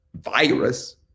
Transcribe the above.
virus